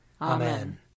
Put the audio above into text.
Amen